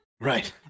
right